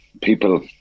people